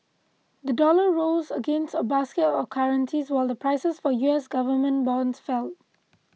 the dollar rose against a basket of currencies while prices for U S government bonds fell